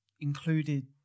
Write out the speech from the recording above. included